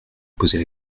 poser